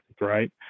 right